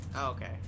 Okay